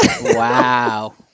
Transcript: Wow